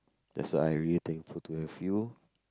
that's why I really thankful to have you